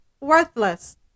worthless